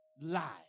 lie